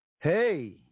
Hey